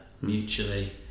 mutually